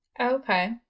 Okay